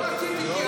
לא רציתי, תשאל אותו.